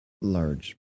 large